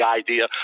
idea